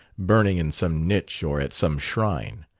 burning in some niche or at some shrine.